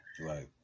Right